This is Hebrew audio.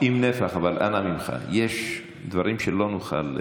עם נפח, אבל אנא ממך, יש דברים שלא נוכל.